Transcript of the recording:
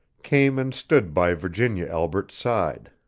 came and stood by virginia albret's side.